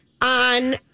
On